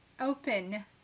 open